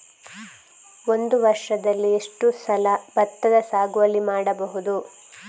ಒಂದು ವರ್ಷದಲ್ಲಿ ಎಷ್ಟು ಸಲ ಭತ್ತದ ಸಾಗುವಳಿ ಮಾಡಬಹುದು?